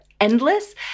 endless